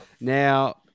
Now